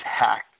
hacked